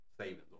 savings